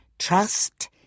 Trust